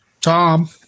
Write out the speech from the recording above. Tom